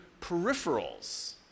peripherals